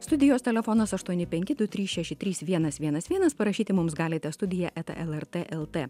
studijos telefonas aštuoni penki du trys šeši trys vienas vienas vienas parašyti mums galite studija eta lrt lt